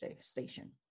station